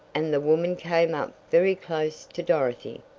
and the woman came up very close to dorothy,